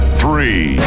three